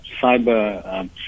cyber